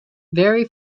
vary